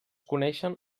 coneixen